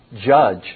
judge